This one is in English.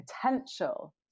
potential